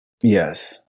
Yes